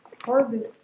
Harvest